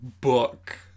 book